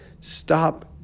Stop